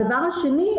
הדבר השני,